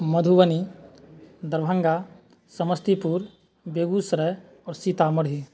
मधुबनी दरभङ्गा समस्तीपुर बेगूसराय आओर सीतामढ़ी